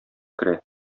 керә